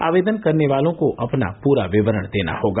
आवेदन करने वालों को अपना पूरा विवरण देना होगा